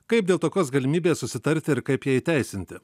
kaip dėl tokios galimybės susitarti ir kaip ją įteisinti